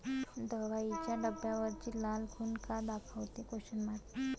दवाईच्या डब्यावरची लाल खून का दाखवते?